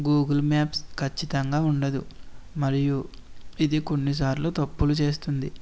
Google maps ఖచ్చితంగా ఉండదు మరియు ఇది కొన్నిసార్లు తప్పులు చేస్తుంది